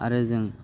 आरो जों